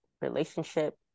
relationship